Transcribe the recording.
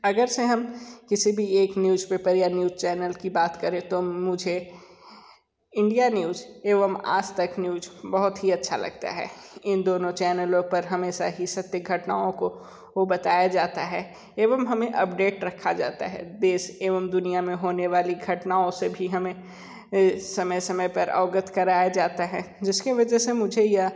अगर से हम किसी भी एक न्यूज पेपर या न्यूज चैनल की बात करें तो मुझे इंडिया न्यूज एवं आज तक न्यूज बहुत ही अच्छा लगता है इन दोनों चैनलों पर हमेशा ही सत्य घटनाओं को वो बताया जाता है एवं हमें अपडेट रखा जाता है देश एवं दुनिया में होने वाली घटनाओं से भी हमें समय समय पर अवगत कराया जाता है जिसकी वजह से मुझे यह